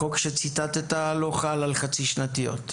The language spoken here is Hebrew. החוק שציטטת לא חל על חצי שנתיות.